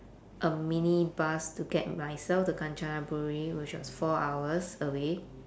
a minibus to get myself to kachanaburi which was four hours away